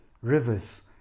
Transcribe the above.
rivers